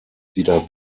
wieder